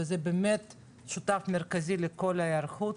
וזה באמת שותף מרכזי לכל ההיערכות,